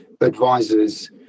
advisors